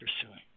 pursuing